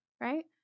Right